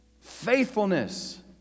faithfulness